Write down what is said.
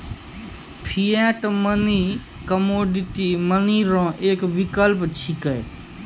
fiat money commodity money रो एक विकल्प छिकै